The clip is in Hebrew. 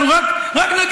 אנחנו רק נגיד,